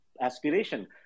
aspiration